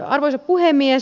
arvoisa puhemies